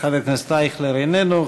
חבר הכנסת אייכלר, איננו.